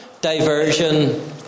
diversion